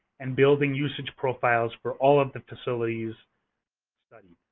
and building usage profiles for all of the facilities studied.